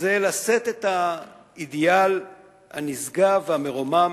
זה לשאת את האידיאל הנשגב והמרומם